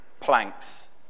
planks